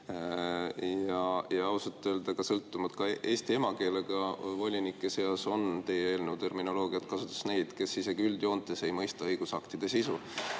Ausalt öelda ka eesti emakeelega volinike seas on – teie eelnõu terminoloogiat kasutades – neid, kes isegi üldjoontes ei mõista õigusaktide sisu.